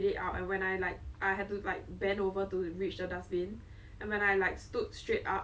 she hid until your head had a hole I I'm sure it wasn't a hole now thinking about it but